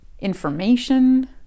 information